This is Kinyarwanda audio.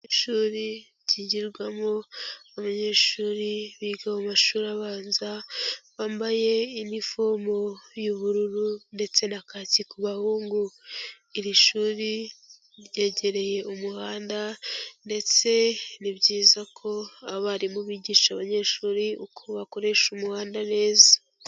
Ishuri ryigirwamo abanyeshuri biga mu mashuri abanza bambaye uniform y'ubururu ndetse na kaki ku bahungu. Iri shuri ryegereye umuhanda ndetse ni byiza ko abarimu bigisha abanyeshuri uko bakoresha umuhanda neza.